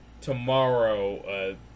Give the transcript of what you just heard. tomorrow